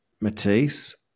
Matisse